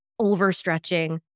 overstretching